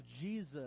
Jesus